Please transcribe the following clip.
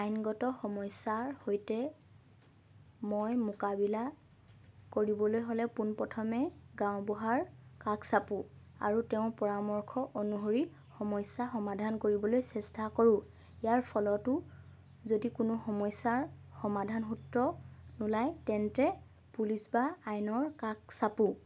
আইনগত সমস্যাৰ সৈতে মই মোকাবিলা কৰিবলৈ হ'লে পোন প্ৰথমে গাওঁবুঢ়াৰ কাষ চাপোঁ আৰু তেওঁৰ পৰামৰ্শ অনুসৰি সমস্যা সমাধান কৰিবলৈ চেষ্টা কৰোঁ ইয়াৰ ফলতো যদি কোনো সমস্যাৰ সমাধান সূত্ৰ নোলায় তেন্তে পুলিচ বা আইনৰ কাষ চাপোঁ